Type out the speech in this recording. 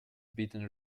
beaten